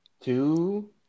two